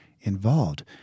involved